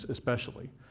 especially?